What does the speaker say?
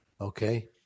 Okay